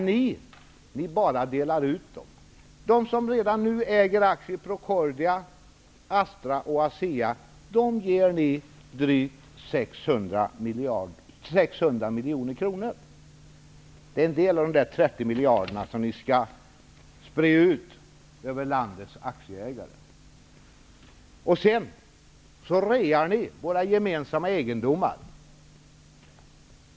Ni bara delar ut pengarna. De som redan nu äger aktier i Procordia, Astra och ABB, ger ni drygt 600 miljoner kronor. Detta är en del av de 30 miljarder kronorna som ni skall sprida ut över landets aktieägare. Sedan rear ni landets gemensamma egendomar.